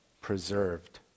preserved